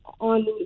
on